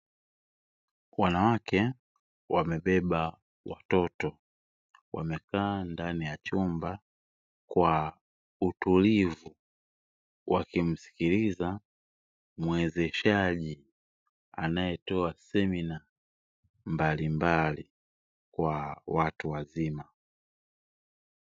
Wanawake wamebeba watoto wamekaa ndani ya chumba kwa utulivu wakimsikiliza mwezeshaji anayetoa semina mbalimbali kwa watu wazima.